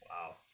Wow